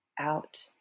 out